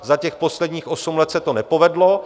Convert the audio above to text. Za posledních osm let se to nepovedlo.